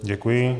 Děkuji.